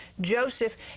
Joseph